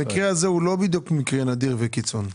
המקרה הזה הוא לא בדיוק מקרה נדיר וקיצון.